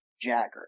Jagger